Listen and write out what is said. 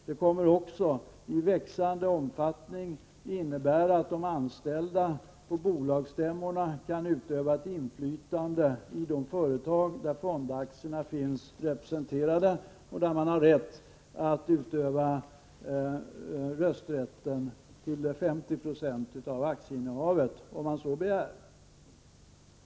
De kommer också i växande omfattning att innebära att de anställda på bolagsstämmorna kan utöva ett inflytande i de företag där fonderna finns representerade som aktieägare och där man har rätt att utöva rösträtten till 50 96 av aktieinnehavet, om man så begär.